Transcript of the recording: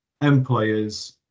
employers